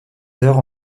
heures